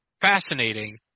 fascinating